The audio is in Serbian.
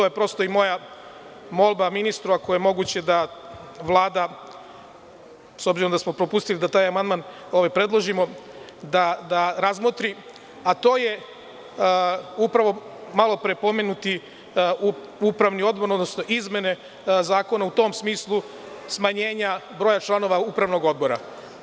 To je, prosto, i moja molba ministru, ako je moguće da Vlada, s obzirom da smo propustili da taj amandman predložimo, da razmotri, a to je upravo malopre pomenuti upravni odbor, odnosno izmene zakona u tom smislu smanjenja broja članova upravnog odbora.